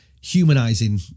humanizing